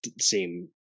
seem